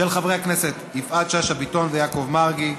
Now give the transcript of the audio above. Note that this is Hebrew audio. של חברי הכנסת יפעת שאשא ביטון ויעקב מרגי,